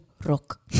Rock